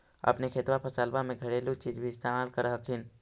अपने खेतबा फसल्बा मे घरेलू चीज भी इस्तेमल कर हखिन?